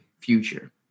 future